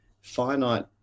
finite